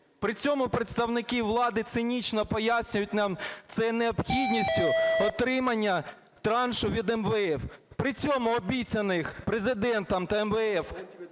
При цьому представники влади цинічно пояснюють нам це необхідністю отримання траншу від МВФ. При цьому, обіцяних Президентом та МВФ